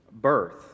birth